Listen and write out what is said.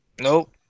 Nope